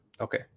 Okay